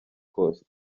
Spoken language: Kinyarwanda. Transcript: coast